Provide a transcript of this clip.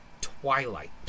Twilight